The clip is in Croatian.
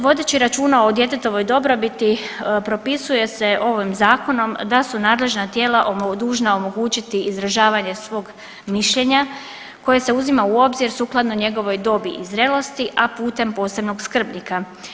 Vodeći računa o djetetovoj dobrobiti, propisuje se ovim Zakonom da su nadležna tijela dužna omogućiti izražavanje svog mišljenja koje se uzima u obzir sukladno njegovoj dobi i zrelosti, a putem posebnog skrbnika.